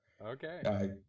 Okay